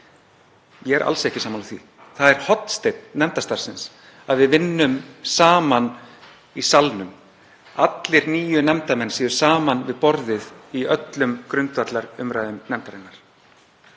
ég er alls ekki sammála því. Það er hornsteinn nefndastarfsins að við vinnum saman í salnum, að allir níu nefndarmenn séu saman við borðið í öllum grundvallarumræðum nefndarinnar.